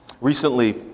Recently